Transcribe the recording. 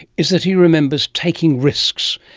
is that he remembers taking risks,